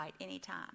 anytime